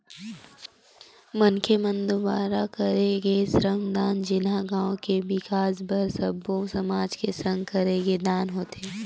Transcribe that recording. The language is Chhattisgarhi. मनखे मन दुवारा करे गे श्रम दान जेनहा गाँव के बिकास बर सब्बो समाज के संग करे गे दान होथे